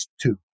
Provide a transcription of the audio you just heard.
two